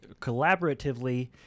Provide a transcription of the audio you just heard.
collaboratively